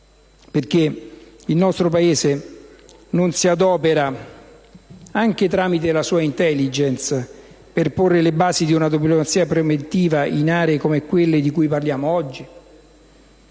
Perché il nostro Paese non si adopera, anche tramite la sua *intelligence*, per porre le basi di una diplomazia preventiva in aree come quella di cui stiamo